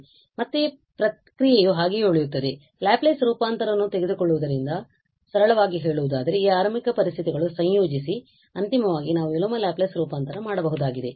ಆದ್ದರಿಂದ ಮತ್ತೆ ಪ್ರಕ್ರಿಯೆಯು ಹಾಗೆಯೇ ಉಳಿಯುತ್ತದೆ ನಾವು ಲ್ಯಾಪ್ಲೇಸ್ ರೂಪಾಂತರವನ್ನು ತೆಗೆದುಕೊಳ್ಳುತ್ತೇವೆ ಸರಳವಾಗಿ ಹೇಳುವುದಾದರೆ ಈ ಆರಂಭಿಕ ಪರಿಸ್ಥಿತಿಗಳನ್ನು ಸಂಯೋಜಿಸಿ ಮತ್ತು ಅಂತಿಮವಾಗಿ ನಾವು ವಿಲೋಮ ಲ್ಯಾಪ್ಲೇಸ್ ರೂಪಾಂತರ ಮಾಡಬಹುದಾಗಿದೆ